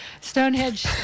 Stonehenge